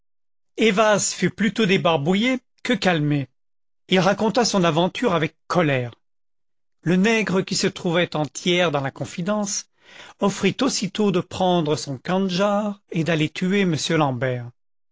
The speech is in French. ayvaz fut plus tôt débarbouillé que calmé fi raconta son aventure avec colère le nègre qui se trouvait en tiers dans la confidence offrit aussitôt de prendre son kandjar et d'aller tuer m l'ambert